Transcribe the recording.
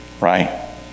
right